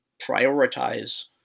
prioritize